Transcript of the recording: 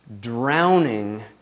drowning